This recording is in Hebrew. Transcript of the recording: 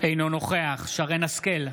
אינו נוכח שרן מרים השכל,